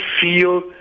feel